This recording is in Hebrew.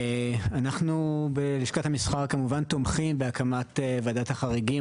אנחנו בלשכת המסחר כמובן תומכים בהקמת ועדת החריגים.